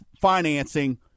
financing